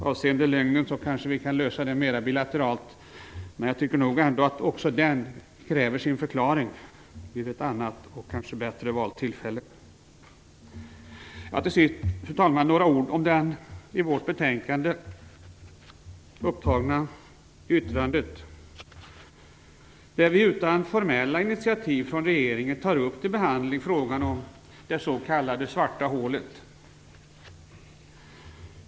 Avseende lögnen så kanske vi kan lösa den mera bilateralt, men jag tycker att också den kräver sin förklaring vid ett annat och kanske bättre valt tillfälle. Så, fru talman, några ord om den del i betänkandet där utskottet utan formella initiativ från regeringen tar upp till behandling frågan om det s.k. svarta hålet.